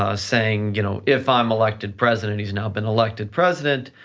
ah saying, you know if i'm elected president, he's now been elected president,